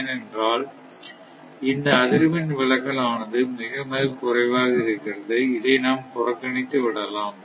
ஏனென்றால் இந்த அதிர்வெண் விலகல் ஆனது மிக மிகக் குறைவாக இருக்கிறது இதை நாம் புறக்கணித்து விடலாம்